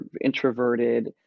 introverted